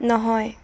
নহয়